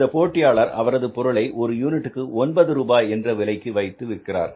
அந்த போட்டியாளர் அவரது பொருளை ஒரு யூனிட்டுக்கு ஒன்பது ரூபாய் என்று விலை வைத்து விற்கிறார்